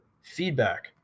feedback